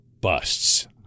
busts